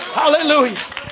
hallelujah